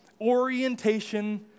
orientation